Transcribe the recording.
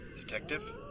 Detective